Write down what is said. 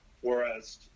Whereas